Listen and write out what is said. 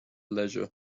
leisure